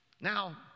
Now